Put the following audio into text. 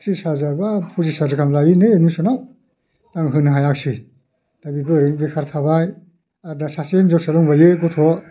ट्रिस हाजार बा पसिस हाजार गाहाम लायोनो एडमिसनआव आं होनो हायाख्सै दा बेबो ओरैनो बेखार थाबाय आर दा सासे हिन्जावसा दंबायो गथ'